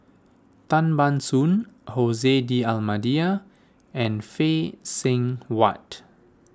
Tan Ban Soon Jose D'Almeida and Phay Seng Whatt